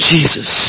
Jesus